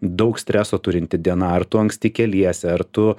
daug streso turinti diena ar tu anksti keliesi ar tu